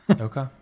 Okay